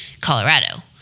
Colorado